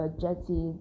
jetty